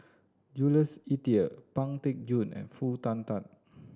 Jules Itier Pang Teck Joon and Foo Tatt